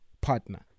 partner